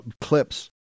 clips